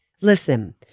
Listen